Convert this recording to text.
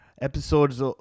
episodes